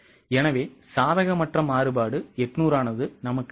எனவேசாதகமற்ற மாறுபாடு 800 உள்ளது